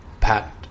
Patent